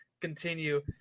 continue